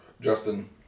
Justin